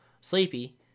Sleepy